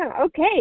Okay